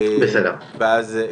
ואז,